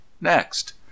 Next